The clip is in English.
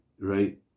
right